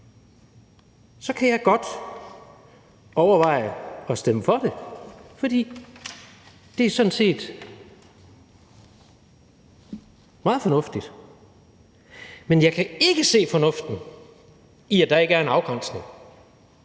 så kan jeg godt overveje at stemme for det, fordi det sådan set er meget fornuftigt, men jeg kan ikke se fornuften i, at der ikke er en afgrænsning.